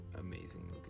Amazing